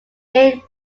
gained